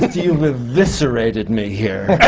you've eviscerated me here!